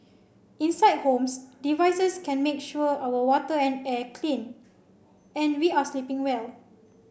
inside homes devices can make sure our water and air clean and we are sleeping well